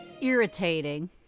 irritating